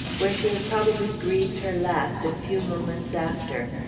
where she had probably breathed her last a few moments after.